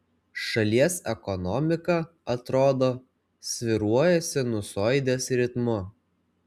šalies ekonomika atrodo svyruoja sinusoidės ritmu